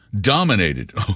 dominated